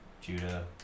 Judah